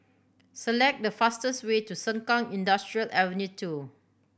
select the fastest way to Sengkang Industrial Ave Two